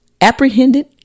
apprehended